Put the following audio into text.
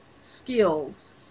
skills